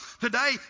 Today